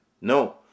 No